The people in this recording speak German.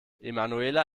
emanuela